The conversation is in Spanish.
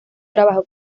trabajó